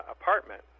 apartment